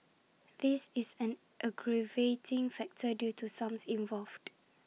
this is an aggravating factor due to sums involved